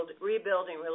rebuilding